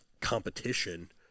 competition